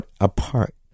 apart